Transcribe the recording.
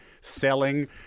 selling